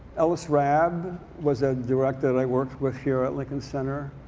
ellis rabb was a director that i worked with here at lincoln center.